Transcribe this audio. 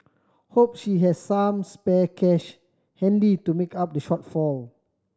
hope she has some spare cash handy to make up the shortfall